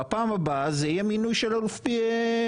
בפעם הבאה זה יהיה מינוי של אלוף פיקוד,